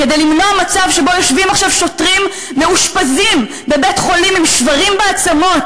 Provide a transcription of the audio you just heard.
כדי למנוע מצב שבו שוטרים מאושפזים עכשיו בבית-חולים עם שברים בעצמות